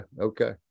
okay